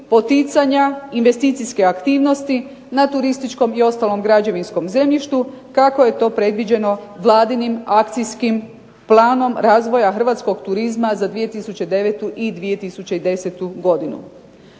poticanja investicijske aktivnosti na turističkom i ostalom građevinskom zemljištu kako je to predviđeno Vladinim akcijskim planom hrvatskog turizma za 2009. i 2010. godinu.